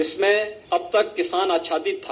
इसमें अब तक किसान अच्छादित था